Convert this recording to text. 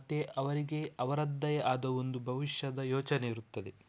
ಮತ್ತು ಅವರಿಗೆ ಅವರದ್ದೇ ಆದ ಒಂದು ಭವಿಷ್ಯದ ಯೋಚನೆ ಇರುತ್ತದೆ